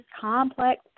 complex